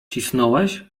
cisnąłeś